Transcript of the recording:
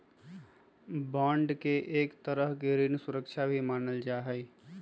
bond के एक तरह के ऋण सुरक्षा भी मानल जा हई